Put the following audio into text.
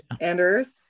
Anders